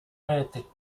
arrêter